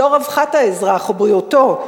לא רווחת האזרח ובריאותו,